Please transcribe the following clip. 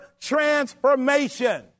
transformation